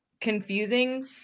confusing